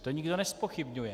To nikdo nezpochybňuje.